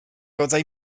rodzaj